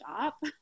shop